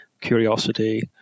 curiosity